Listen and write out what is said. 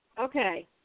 Okay